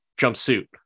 jumpsuit